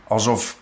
Alsof